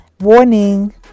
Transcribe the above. warning